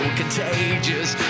contagious